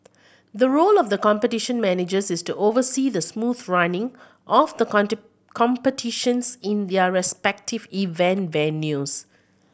the role of the Competition Managers is to oversee the smooth running of the competitions in their respective event venues